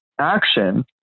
action